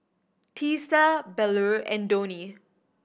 Teesta Bellur and Dhoni